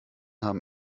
haben